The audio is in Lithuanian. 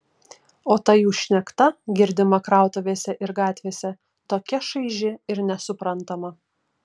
o ta jų šnekta girdima krautuvėse ir gatvėse tokia šaiži ir nesuprantama